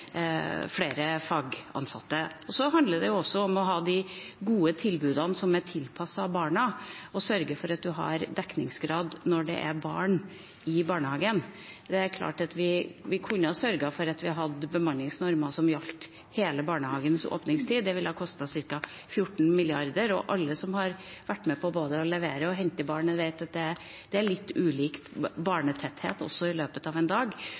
gode tilbudene som er tilpasset barna, og sørge for at man har dekningsgrad når det er barn i barnehagen. Det er klart at vi kunne ha sørget for at vi hadde bemanningsnormer som gjaldt hele barnehagens åpningstid, det ville ha kostet ca. 14 mrd. kr, og alle som har vært med på både å levere og hente barn, vet at det er litt ulik barnetetthet i løpet av en dag.